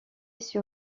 sur